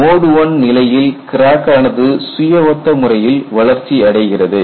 mode I நிலையில் crack ஆனது சுய ஒத்த முறையில் வளர்ச்சி அடைகிறது